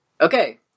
Okay